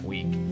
Week